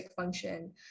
function